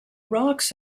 rocks